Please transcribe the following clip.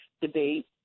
debate